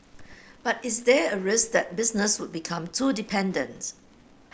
but is there a risk that business would become too dependent